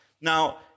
Now